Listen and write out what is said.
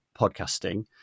podcasting